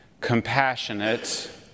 compassionate